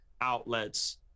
outlets